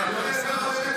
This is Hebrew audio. אני אומר לך את האמת,